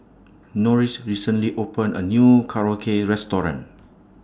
Norris recently opened A New Korokke Restaurant